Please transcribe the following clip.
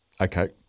Okay